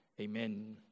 Amen